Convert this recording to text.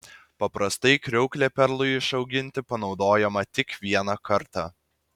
paprastai kriauklė perlui išauginti panaudojama tik vieną kartą